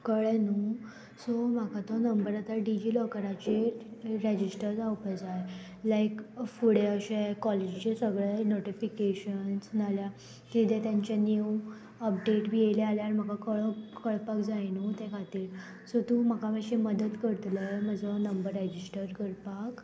कळ्ळें न्हू सो म्हाका तो नंबर आतां डिजिलॉकराचेर रेजिस्टर जावपा जाय लायक फुडें अशें कॉलेजीचे सगळे नोटिफिकेशन्स नाल्या किदें तेंचे नीव अपडेट बी येयले जाल्यार म्हाका कोळो कळपाक जाय न्हू ते खातीर सो तूं म्हाका मातशी मदत करतलो म्हजो नंबर रॅजिस्टर करपाक